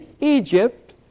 Egypt